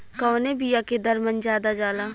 कवने बिया के दर मन ज्यादा जाला?